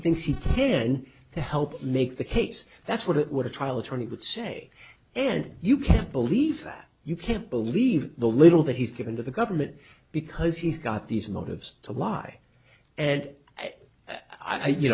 thinks he can to help make the case that's what it would a trial attorney would say and you can't believe that you can't believe the little that he's given to the government because he's got these motives to lie and i you